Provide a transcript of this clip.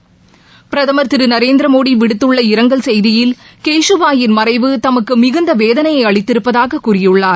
cash பாயின் திருநரேந்திரமோடிவிடுத்துள்ள இரங்கல் செய்தியில் பிரதமர் மறைவு தமக்குமிகுந்தவேதனையைஅளித்திருப்பதாககூறியுள்ளார்